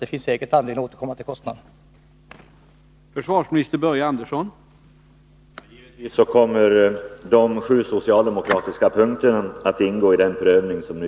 Det finns säkert anledning att återkomma till frågan om kostnaderna.